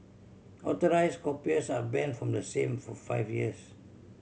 authorise occupiers are banned from the same for five years